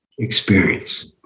experience